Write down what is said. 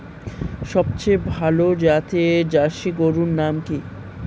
সবথেকে ভালো জাতের জার্সি গরুর নাম কি?